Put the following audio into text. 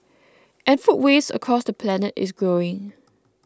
and food waste across the planet is growing